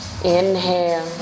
Inhale